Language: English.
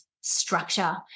structure